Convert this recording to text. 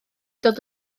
dod